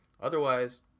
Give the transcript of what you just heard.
Otherwise